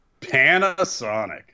panasonic